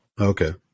Okay